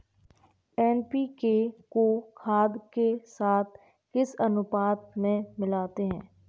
NPK को खाद के साथ किस अनुपात में मिलाते हैं?